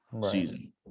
season